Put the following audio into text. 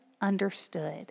understood